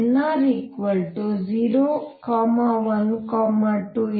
nr 0 1 2